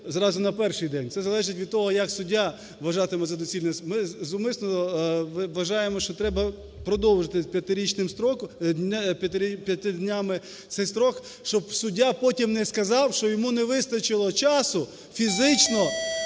зразу на перший день. Це залежить від того, як суддя вважатиме за доцільне. Ми зумисно… вважаємо, що треба продовжити 5-річний строк… п'яти днями цей строк, щоб суддя потім не сказав, що йому не вистачило часу фізично